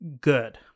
good